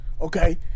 Okay